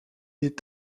est